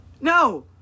No